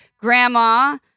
grandma